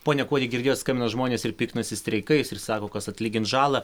pone kuodi girdėjot skambina žmonės ir piktinasi streikais ir sako kas atlygins žalą